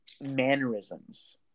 mannerisms